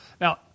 Now